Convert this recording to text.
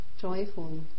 joyful